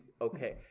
Okay